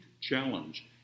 challenge